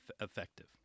effective